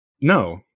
No